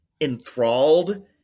enthralled